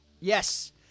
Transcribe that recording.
Yes